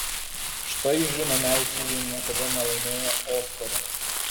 štai žinomiausieji niekada nelaimėję oskaro